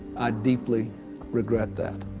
deeply regret that.